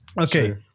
Okay